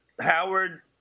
Howard